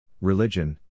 religion